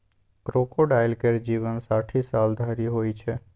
crocodile केर जीबन साठि साल धरि होइ छै